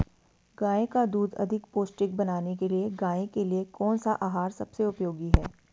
गाय का दूध अधिक पौष्टिक बनाने के लिए गाय के लिए कौन सा आहार सबसे उपयोगी है?